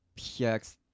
PX